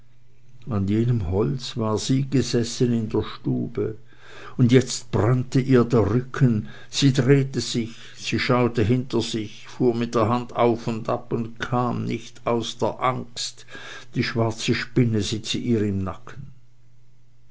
an jenem holze war sie gesessen in der stube und jetzt brannte sie ihr rücken sie drehte sich sie schaute hinter sich fuhr mit der hand auf und ab und kam nicht aus der angst die schwarze spinne sitze ihr im nacken